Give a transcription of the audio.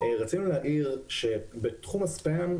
רצינו להעיר שבתחום הספאם,